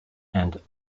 and